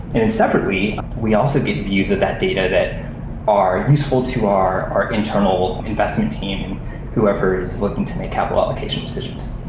and then separately, we also get views of that data that are useful to our our internal investment team whoever is looking to make capital allocation decisions.